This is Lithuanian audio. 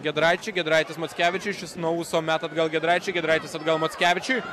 giedraičiui giedraitis mackevičius šis nuo ūso meta atgal giedraičiui giedraitis atgal mackevičiui